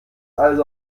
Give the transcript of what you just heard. alles